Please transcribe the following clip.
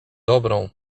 dobrą